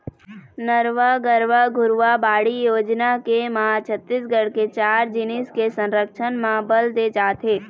नरूवा, गरूवा, घुरूवा, बाड़ी योजना के म छत्तीसगढ़ के चार जिनिस के संरक्छन म बल दे जात हे